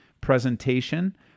presentation